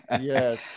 Yes